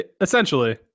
Essentially –